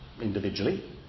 individually